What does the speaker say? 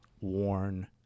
worn